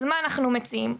לגבי מה שאנחנו מציעים,